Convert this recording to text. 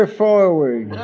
forward